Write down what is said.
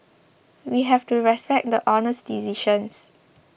we have to respect the Honour's decisions